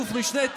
אלוף משנה,